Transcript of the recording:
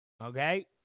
okay